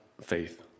faith